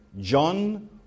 John